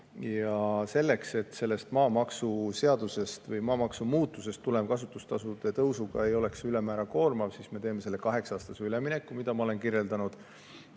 Selleks, et maamaksuseadusest või maamaksu muutusest tulenev kasutustasude tõus ei oleks ülemäära koormav, me teeme selle kaheksa-aastase ülemineku, mida ma olen kirjeldanud,